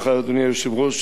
ומכובדי השר,